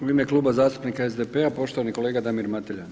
U ime Kluba zastupnika SDP-a poštovani kolega Damir Mateljan.